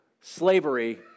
slavery